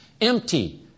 empty